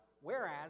whereas